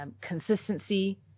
consistency